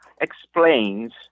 explains